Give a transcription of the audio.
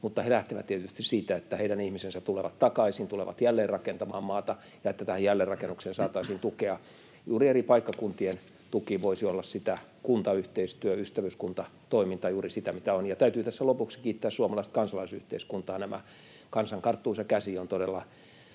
mutta he lähtevät tietysti siitä, että heidän ihmisensä tulevat takaisin, tulevat jälleenrakentamaan maata ja että tähän jälleenrakennukseen saataisiin tukea. Juuri eri paikkakuntien tuki voisi olla juuri sitä — kuntayhteistyö, ystävyyskuntatoiminta — mitä tarvitaan. Täytyy tässä lopuksi kiittää suomalaista kansalaisyhteiskuntaa. Kansan karttuisa käsi on todella